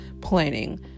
planning